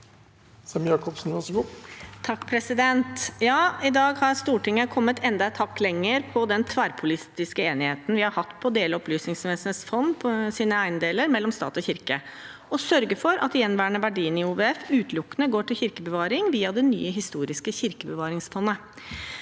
Sem-Jacobsen (Sp) (ordfører for saken): I dag har Stortinget kommet enda et hakk lenger på den tverrpolitiske enigheten vi har hatt om å dele Opplysningsvesenets fond sine eiendeler mellom stat og kirke og sørge for at de gjenværende verdiene i OVF utelukkende går til kirkebevaring, via det nye, historiske Kirkebevaringsfondet.